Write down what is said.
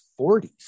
40s